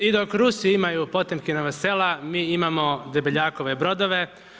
I dok Rusi imaju Potemkinova sela mi imamo Debeljakove brodove.